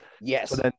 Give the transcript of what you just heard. Yes